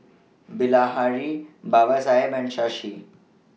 Bilahari Babasaheb and Shashi